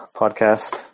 podcast